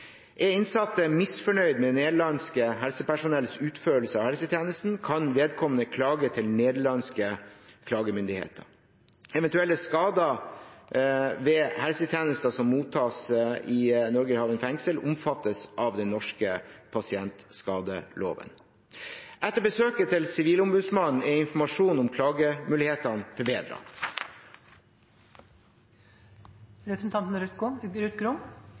Er innsatte misfornøyd med nederlandsk helsepersonells utførelse av helsetjenesten, kan vedkommende klage til nederlandske klagemyndigheter. Eventuelle skader ved helsetjenester som mottas i Norgerhaven fengsel, omfattes av den norske pasientskadeloven. Etter Sivilombudsmannens besøk er informasjonen om klagemulighetene